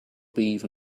beef